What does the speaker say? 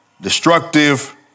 destructive